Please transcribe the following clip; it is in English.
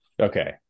Okay